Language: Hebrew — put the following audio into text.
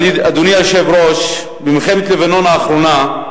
אדוני היושב-ראש, במלחמת לבנון האחרונה,